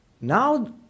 now